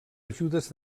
ajudes